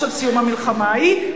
של סיום המלחמה ההיא,